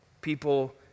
People